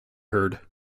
heard